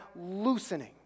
loosening